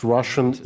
Russian